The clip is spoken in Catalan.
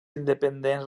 independents